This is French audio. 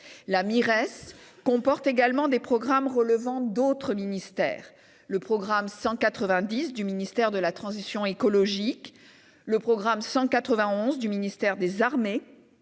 La Mires rassemble également des programmes relevant d'autres ministères : le programme 190 relève du ministère de la transition écologique, le programme 191 du ministère des armées,